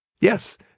Yes